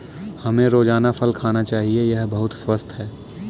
हमें रोजाना फल खाना चाहिए, यह बहुत स्वस्थ है